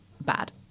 bad